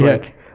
right